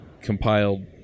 compiled